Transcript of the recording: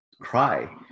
cry